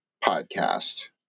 podcast